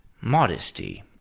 modesty